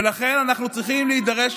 ולכן אנחנו צריכים להידרש,